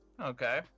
Okay